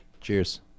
Cheers